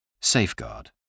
Safeguard